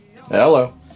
Hello